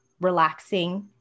relaxing